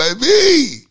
baby